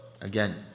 again